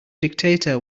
dictator